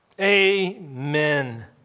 Amen